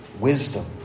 wisdom